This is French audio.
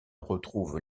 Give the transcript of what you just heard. retrouve